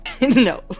no